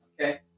Okay